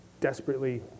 desperately